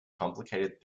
complicated